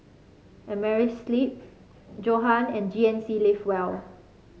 Amerisleep Johan and G N C Live Well